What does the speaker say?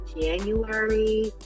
january